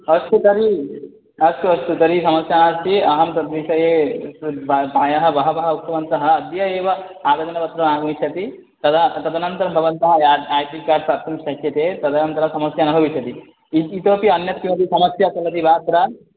अस्तु तर्हि अस्तु अस्तु तर्हि समस्या नास्ति अहं तद्विषये प्रायः बहवः उक्तवन्तः अद्य एव आवेदनपत्रमागमिष्यति तदा तदनन्तरं भवन्तः ऐडि कार्ड् दातुं शक्यते तदनन्तरं समस्या न भविष्यति इ इतोपि अन्यत् किमपि समस्या चलति वा अत्र